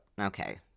Okay